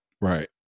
Right